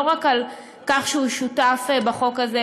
לא רק על כך שהוא שותף בחוק הזה,